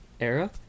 era